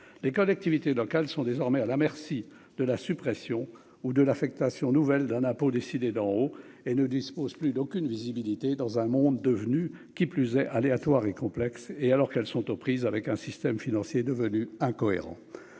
les collectivités dans quelles sont désormais à la merci de la suppression ou de l'affectation nouvelle d'un impôt décidé d'en haut et ne dispose plus d'aucune visibilité dans un monde devenu qui plus est aléatoire et complexe et alors qu'elles sont aux prises avec un système financier devenu incohérent,